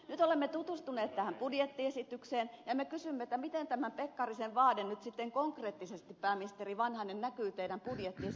nyt olemme tutustuneet tähän budjettiesitykseen ja me kysymme miten tämä pekkarisen vaade nyt sitten konkreettisesti pääministeri vanhanen näkyy teidän budjettiesityksessänne